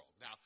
Now